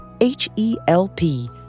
H-E-L-P